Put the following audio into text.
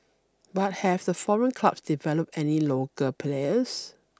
but have the foreign clubs developed any local players